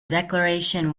declaration